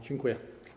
Dziękuję.